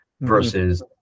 versus